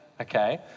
Okay